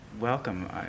welcome